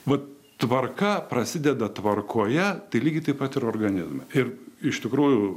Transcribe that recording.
vat tvarka prasideda tvarkoje tai lygiai taip pat ir organizme ir iš tikrųjų